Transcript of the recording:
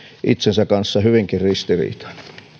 itsensä kanssa hyvinkin ristiriitainen